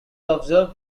observed